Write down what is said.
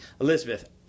Elizabeth